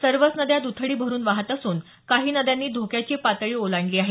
सर्वच नद्या द्थडी भरून वाहत असून काही नद्यांनी धोक्याची पातळी ओलांडली आहे